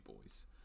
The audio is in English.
boys